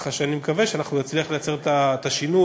ככה שאני מקווה שאנחנו נצליח לייצר את השינוי